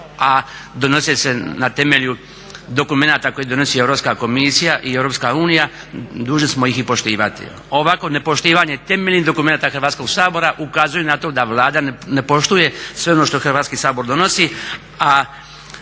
a donose se na temelju dokumenata koje donosi Europska komisija i EU, dužni smo ih i poštivati. Ovakvo nepoštivanje temeljnih dokumenata Hrvatskog sabora ukazuje na to da Vlada ne poštuje sve ono što Hrvatski sabor donosi.